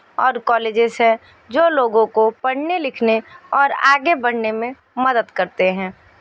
और कोलेजेस हैं जो लोगों को पढ़ने लिखने और आगे बढ़ने में मदद करते हैं